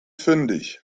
fündig